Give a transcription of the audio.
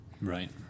Right